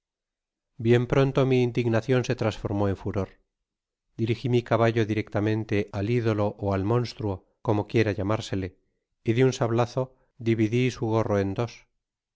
bien proteo mi indignacion se transformó en furor dirigi mi caballo directamente al idolo óal monstruo como quiera mamársele y de un sablazo dividi su gorro en dos